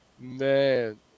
Man